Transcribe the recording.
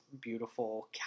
beautiful